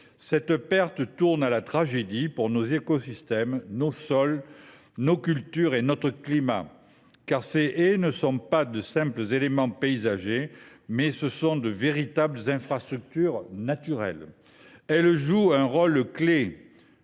Cette perte tourne à la tragédie pour nos écosystèmes, nos sols, nos cultures et notre climat. Car ces haies ne sont pas de simples éléments paysagers ; elles sont de véritables infrastructures naturelles. Elles jouent un rôle clé